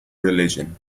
religion